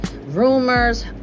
rumors